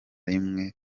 nimwe